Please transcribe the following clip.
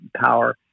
power